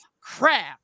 crap